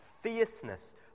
fierceness